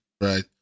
right